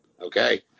Okay